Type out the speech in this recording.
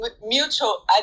mutual